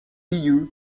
liu